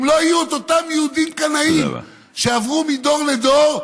אם לא היו אותם יהודים קנאים שעברו מדור לדור,